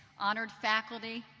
honored faculty,